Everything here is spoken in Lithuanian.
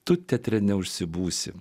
tu teatre neužsibūsi